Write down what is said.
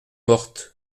mortes